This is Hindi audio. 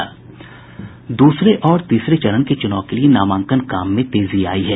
दूसरे और तीसरे चरण के चुनाव के लिए नामांकन के काम में तेजी आयी है